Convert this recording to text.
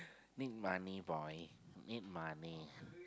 need money boy need money